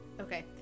Okay